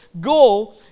go